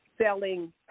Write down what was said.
selling